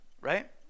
right